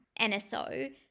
NSO